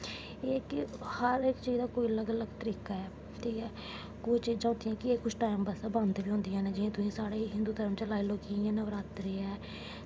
हर इक चीज दा कोई अलग अलग तरीका ऐ ठीक ऐ कुछ चीजां होंदियां कि कुछ टैम बास्तै बंद बी होंदियां न जि'यां तुस साढ़े हिन्दू धर्म च लाई लैओ कि नवरात्रे न